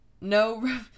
No